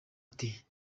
ati